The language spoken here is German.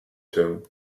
town